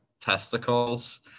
testicles